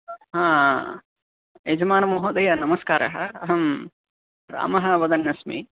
हा यजमानमहोदय नमस्कारः अहं रामः वदन्नस्मि